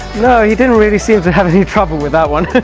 no. he didn't really seem to have any trouble with that one!